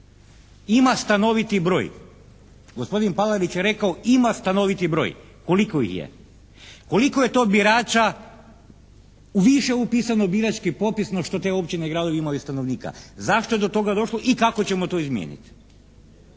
Ima stanoviti broj. Gospodin Palarić je rekao: «Ima stanoviti broj.» Koliko ih je? Koliko je to birača u više upisano u birački popis no što te općine i gradovi imaju stanovnika? Zašto je do toga došlo i kako ćemo to izmijeniti?